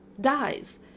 dies